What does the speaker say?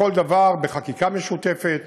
לכל דבר בחקיקה משותפת